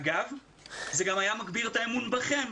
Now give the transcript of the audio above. אגב, זה גם היה מגביר את האמון בכם,